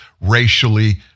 racially